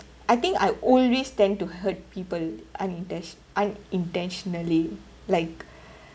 I think I always tend to hurt people uninten~ unintentionally like